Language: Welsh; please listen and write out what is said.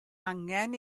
angen